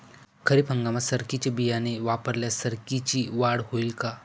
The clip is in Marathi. खरीप हंगामात सरकीचे बियाणे वापरल्यास सरकीची वाढ होईल का?